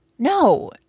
No